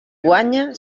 guanya